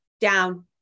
down